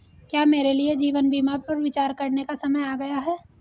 क्या मेरे लिए जीवन बीमा पर विचार करने का समय आ गया है?